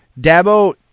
Dabo